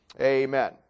Amen